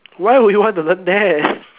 why would you want to learn there